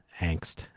angst